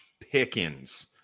Pickens